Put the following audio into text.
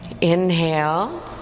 Inhale